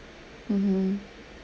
mmhmm